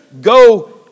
go